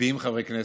מצביעים חברי כנסת,